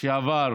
שעבר